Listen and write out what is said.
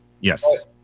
Yes